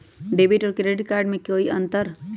Debit और credit card में कई अंतर हई?